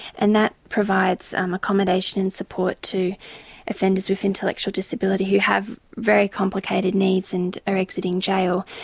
and that provides um accommodation and support to offenders with intellectual disability who have very complicated needs and are exiting jail.